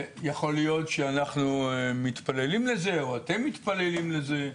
יכול להיות שאנחנו מתפללים לזה או שאתם מתפללים לזה,